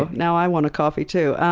but now i want a coffee, too.